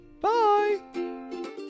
bye